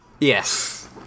Yes